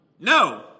no